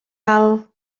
alt